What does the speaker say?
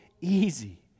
easy